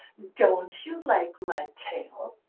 don't you like my tail?